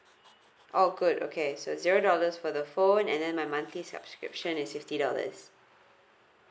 oh good okay so it's zero dollars for the phone and then my monthly subscription is fifty dollars